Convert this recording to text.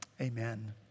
Amen